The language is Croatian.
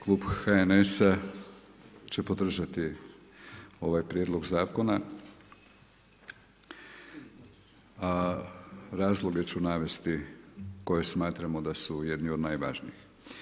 Klub HNS-a će podržati ovaj Prijedlog zakona, a razloge ću navesti koje smatramo da su jedni od najvažnijih.